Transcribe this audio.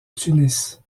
tunis